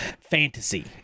Fantasy